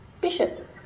Bishop